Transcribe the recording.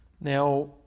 Now